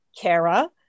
Kara